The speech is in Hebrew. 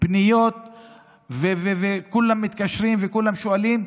פניות וכולם מתקשרים וכולם שואלים.